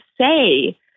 say